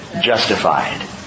justified